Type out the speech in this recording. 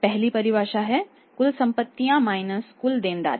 पहली परिभाषा है कुल संपत्तियां माइनस कुल देनदारिया